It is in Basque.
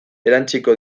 erantsiko